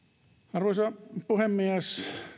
arvoisa puhemies